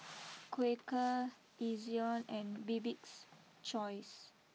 Quaker Ezion and Bibik's choice